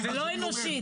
סליחה שאני אומר,